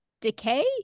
decay